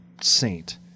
saint